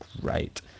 great